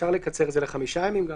אפשר לקצר את זה לחמישה ימים.